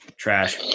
Trash